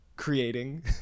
Creating